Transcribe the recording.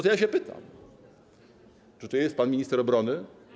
To ja się pytam: Czy tu jest pan minister obrony?